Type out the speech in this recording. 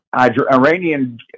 iranian